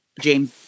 james